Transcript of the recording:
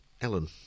Ellen